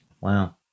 Wow